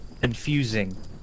confusing